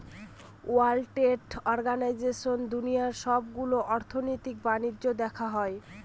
world trade অর্গানাইজেশনে দুনিয়ার সবগুলো অর্থনৈতিক বাণিজ্য দেখা হয়